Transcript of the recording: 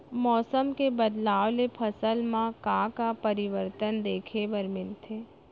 मौसम के बदलाव ले फसल मा का का परिवर्तन देखे बर मिलथे?